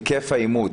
היקף האימוץ.